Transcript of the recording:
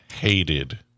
hated